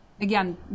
Again